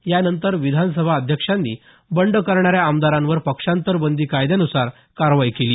यानंतर विधानसभा अध्यक्षांनी बंड करणाऱ्या आमदारांवर पक्षांतर बंदी कायद्यान्सार कारवाई केली